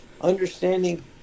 understanding